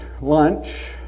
lunch